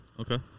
okay